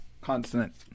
Consonant